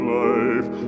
life